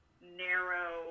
narrow